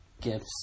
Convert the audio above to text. gifts